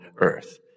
earth